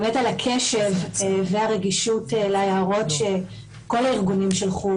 באמת על הקשר והרגישות להערות שכל הארגונים שלחו